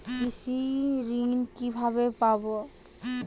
কৃষি ঋন কিভাবে পাব?